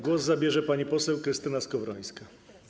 Głos zabierze pani poseł Krystyna Skowrońska.